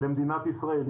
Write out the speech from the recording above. במדינת ישראל.